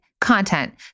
content